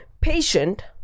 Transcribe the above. patient